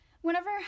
whenever